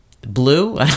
blue